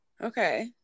Okay